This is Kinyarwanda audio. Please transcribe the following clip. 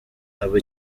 aba